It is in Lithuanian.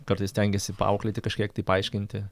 kartais stengiesi paauklėti kažkiek tai paaiškinti